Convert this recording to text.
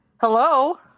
Hello